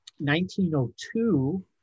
1902